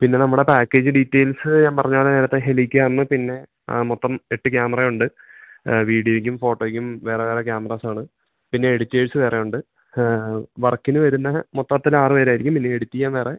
പിന്ന നമ്മടെ package details ഞാ പറഞ്ഞ പോലെ നേരത്തെ ഹെലിക്യാമ് പിന്നെ മൊത്തം എട്ട് ക്യാമറയുണ്ട് വീഡിയോക്കും ഫോട്ടോയ്ക്കും വേറെ വേറെ ക്യാമറാസാണ് പിന്നെ എഡിറ്റേഴ്സ് വേറെ ഉണ്ട് വർക്കിന് വെര്ന്ന മൊത്തത്തിലാറ് പേരായിരിക്കും പിന്നെ എഡിറ്റെയ്യാ വേറെ